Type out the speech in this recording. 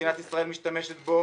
שמדינת ישראל משתמשת בו.